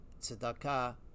tzedakah